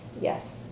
Yes